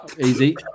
easy